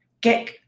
get